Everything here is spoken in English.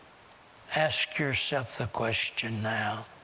ask yourself the question now,